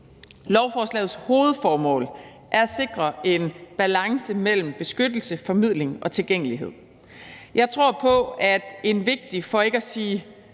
Lovforslagets hovedformål er at sikre en balance mellem beskyttelse, formidling og tilgængelighed. Jeg tror på, at en vigtig, for ikke at sige